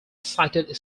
cited